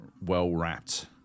well-wrapped